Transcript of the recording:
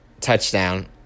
touchdown